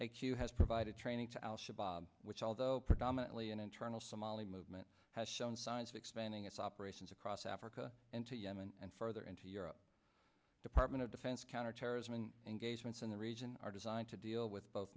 q has provided training to al shabaab which although predominantly an internal somali movement has shown signs of expanding its operations across africa and to yemen and further into europe department of defense counterterrorism and engagements in the region are designed to deal with both